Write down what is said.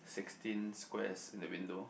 sixteen squares in the window